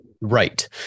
Right